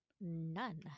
None